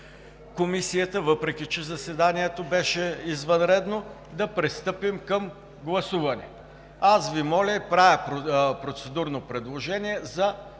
Комисията, въпреки че заседанието беше извънредно, и да пристъпим към гласуване. Правя процедурно предложение за